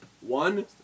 One